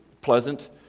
pleasant